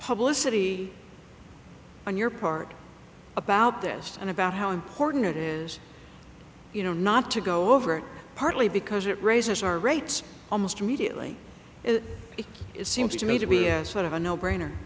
he on your part about this and about how important it is you know not to go over it partly because it raises our rates almost immediately and it is seems to me to be a sort of a no brainer